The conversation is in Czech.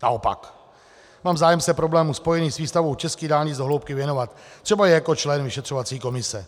Naopak, mám zájem se problému s výstavbou českých dálnic do hloubky věnovat, třeba i jako člen vyšetřovací komise.